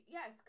Yes